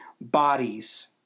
bodies